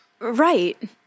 Right